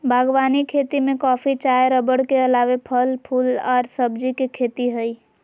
बागवानी खेती में कॉफी, चाय रबड़ के अलावे फल, फूल आर सब्जी के खेती हई